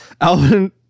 Alvin